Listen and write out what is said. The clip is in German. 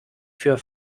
für